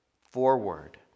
forward